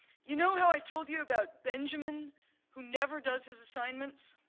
you know how i told you about benjamin who never does his assignments?